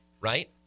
right